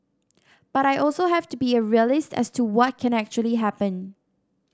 but I also have to be a realist as to what can actually happen